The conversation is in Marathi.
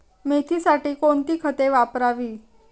मेथीसाठी कोणती खते वापरावी?